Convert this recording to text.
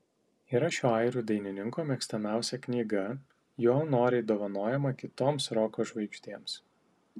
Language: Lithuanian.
yra šio airių dainininko mėgstamiausia knyga jo noriai dovanojama kitoms roko žvaigždėms